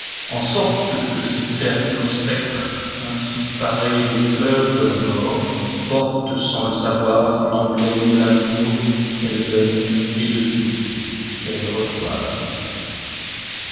en sorte que ces créatures spectres ainsi parées des fleurs de la mort portent sans le savoir l'emblème de l'amour qu'elles donnent et de celui qu'elles reçoivent